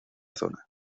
zona